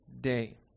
day